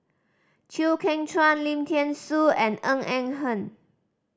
Chew Kheng Chuan Lim Thean Soo and Ng Eng Hen